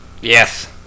Yes